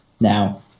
Now